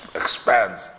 expands